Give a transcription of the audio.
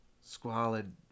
squalid